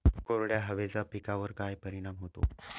कोरड्या हवेचा पिकावर काय परिणाम होतो?